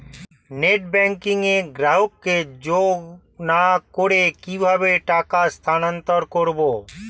Net banking এ গ্রাহককে যোগ না করে কিভাবে টাকা স্থানান্তর করব?